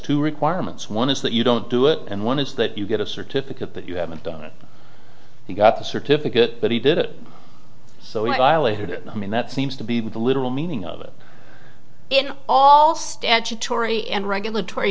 two requirements one is that you don't do it and one is that you get a certificate but you haven't done it you got the certificate but he did it so i later i mean that seems to be the literal meaning of it in all statutory and regulatory